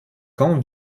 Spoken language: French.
camps